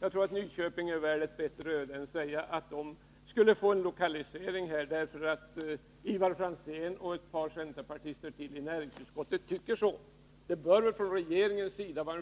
Jag tror att Nyköping är värt ett bättre öde än att bli lokaliseringsort för det tre energimyndigheterna därför att Ivar Franzén och ett par centerpartister till i näringsutskottet tycker så. Det bör vara en